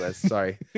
Sorry